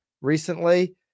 recently